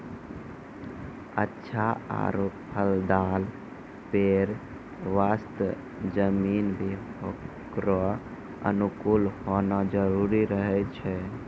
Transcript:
अच्छा आरो फलदाल पेड़ वास्तॅ जमीन भी होकरो अनुकूल होना जरूरी रहै छै